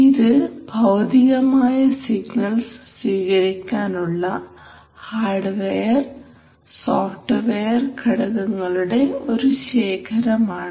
ഇത് ഭൌതികമായ സിഗ്നൽസ് സ്വീകരിക്കാൻ ഉള്ള ഹാർഡ്വെയർ സോഫ്റ്റ്വെയർ ഘടകങ്ങളുടെ ഒരു ശേഖരമാണ്